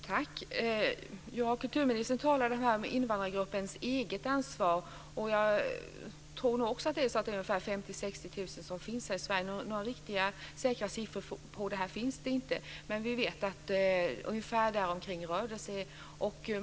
Fru talman! Kulturministern talade om invandrargruppens eget ansvar. Även jag tror att denna grupp uppgår till ungefär 50 000-60 000 personer här i Sverige, men några riktigt säkra siffror på detta finns det inte.